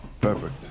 Perfect